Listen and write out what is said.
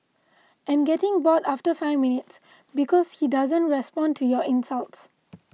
and getting bored after five minutes because he doesn't respond to your insults